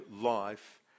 life